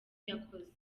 yakoze